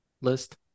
list